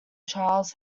charles